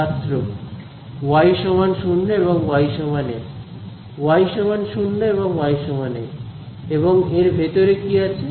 ছাত্র y 0 এবং y L y 0 এবং y L এবং এর ভেতরে কি আছে